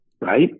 right